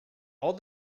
all